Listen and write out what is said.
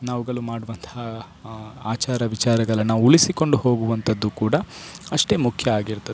ನಾವುಗಳು ಮಾಡುವಂತಹ ಆಚಾರ ವಿಚಾರಗಳನ್ನು ಉಳಿಸಿಕೊಂಡು ಹೋಗುವಂತದ್ದು ಕೂಡ ಅಷ್ಟೇ ಮುಖ್ಯ ಆಗಿರ್ತದೆ